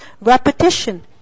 repetition